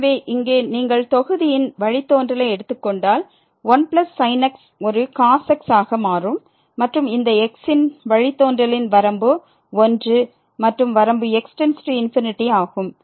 எனவே இங்கே நீங்கள் தொகுதியின் வழித்தோன்றலை எடுத்துக் கொண்டால் 1sin x ஒரு cos xஆக மாறும் மற்றும் இந்த x இன் வழித்தோன்றலின் வரம்பு 1 மற்றும் வரம்பு x→∞ ஆகும்